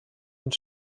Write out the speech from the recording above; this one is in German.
und